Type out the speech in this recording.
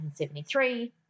1973